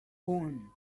phone